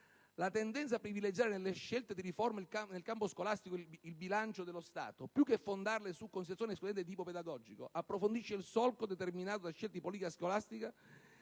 La tendenza a privilegiare scelte di riforma nel campo scolastico in relazione al bilancio dello Stato, più che a fondarle su considerazioni esclusivamente di tipo pedagogico, approfondisce il solco determinato da scelte di politica scolastica